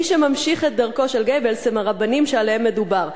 "מי שממשיך את דרכו של גבלס הם ה'רבנים' שעליהם מדובר.